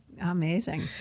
amazing